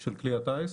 של כלי הטיס.